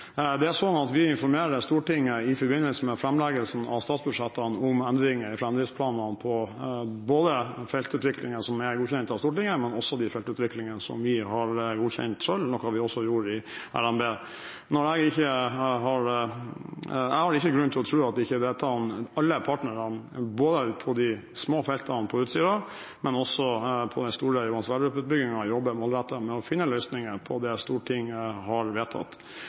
Vi informerer Stortinget i forbindelse med framleggelsen av statsbudsjettene om endringer i framdriftsplanene for både feltutviklingen som er godkjent av Stortinget, og feltutviklingene vi har godkjent selv, noe vi også gjorde i RNB. Jeg har ikke grunn til å tro at ikke alle partnerne både på de små feltene på Utsira og på den store Johan Sverdrup-utbyggingen jobber målrettet med å finne løsninger på det Stortinget har vedtatt.